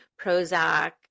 Prozac